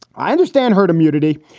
i understand herd immunity.